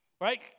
right